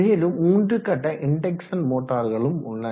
மேலும் மூன்று கட்ட இன்டெக்சன் மோட்டார்களும் உள்ளன